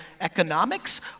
economics